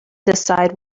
decide